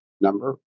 number